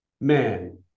man